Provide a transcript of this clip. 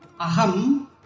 Aham